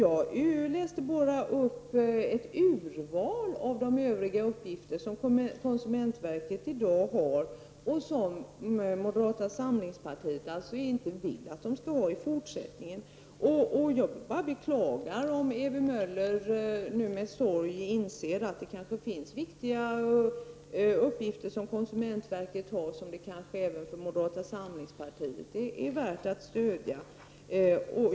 Jag angav bara ett urval av de övriga uppgifter som konsumentverket i dag har men som ni i moderata samlingspartiet inte vill att det i fortsättningen skall ha. Det är bara att beklaga om det är så, att Ewy Möller nu med sorg inser att konsumentverket kanske har viktiga uppgifter som det kunde vara värt att stödja även från moderata samlingspartiets sida.